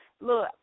Look